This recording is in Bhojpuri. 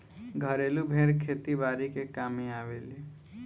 घरेलु भेड़ खेती बारी के कामे आवेले